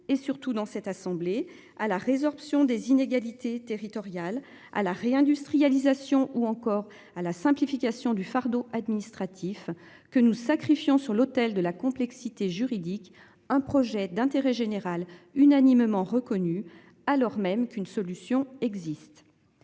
et surtout dans cette assemblée, à la résorption des inégalités territoriales à la réindustrialisation ou encore à la simplification du fardeau administratif que nous sacrifions sur l'autel de la complexité juridique. Un projet d'intérêt général unanimement reconnue alors même qu'une solution existe.